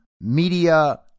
media